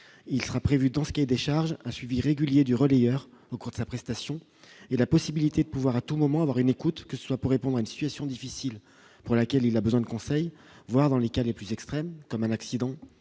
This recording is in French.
il sera prévu dans ce qui est des charges un suivi régulier du relayeur au cours de sa prestation et la possibilité de pouvoir à tout moment, avoir une écoute, que ce soit pour répondre à une situation difficile pour laquelle il a besoin de conseils, voire dans les cas les plus extrêmes comme un accident